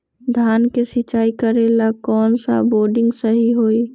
धान के सिचाई करे ला कौन सा बोर्डिंग सही होई?